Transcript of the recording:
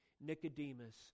Nicodemus